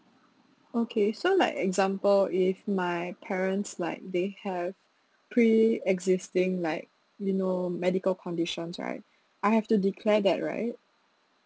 okay so like example if my parents like they have pre existing like you know medical conditions right I have to declare that right